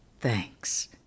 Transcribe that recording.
Thanks